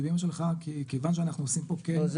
באמא שלך" כי כיוון שאנחנו עושים פה כן --- לא,